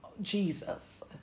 Jesus